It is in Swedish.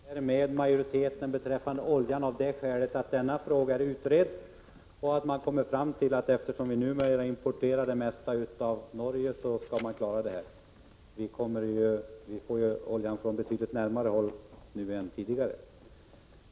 Herr talman! När det gäller importantagandet ingår centerpartiet i majoriteten för förslaget beträffande oljan, av det skälet att denna fråga har utretts och att man kommit fram till att det går att klara behoven, eftersom Sverige importerar det mesta från Norge. Vi får ju oljan på betydligt närmare håll nu än tidigare.